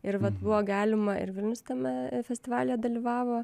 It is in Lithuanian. ir vat buvo galima ir vilnius tame festivalyje dalyvavo